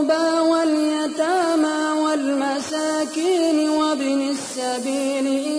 واليتامى والمساكين وابن السبيل